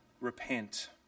repent